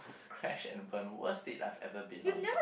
crash and burn worst date I've ever been on